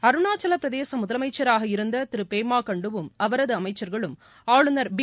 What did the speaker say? அருணாச்சல பிரதேச முதலமைச்சராக இருந்த திரு பேமா காண்டுவும் அவரது அமைச்சர்களும் ஆளுநர் டாக்டர் பி